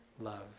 love